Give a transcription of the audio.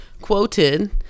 quoted